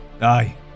Aye